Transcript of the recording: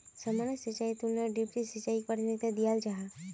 सामान्य सिंचाईर तुलनात ड्रिप सिंचाईक प्राथमिकता दियाल जाहा